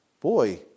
boy